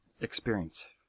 experience